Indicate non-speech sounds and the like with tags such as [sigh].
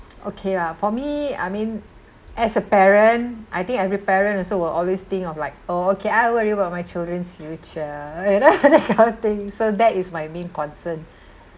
okay lah for me I mean as a parent I think every parent also will always think of like oh okay I worry about my children's future you know [laughs] that kind of thing so that is my main concern